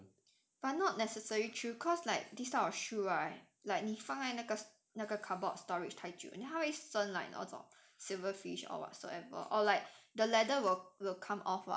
but not necessary true cause like this type of shoe right like 你放在那个那个 cardboard storage 太久然后它会生那种 silver fish or whatsoever or like the leather will will come off [what]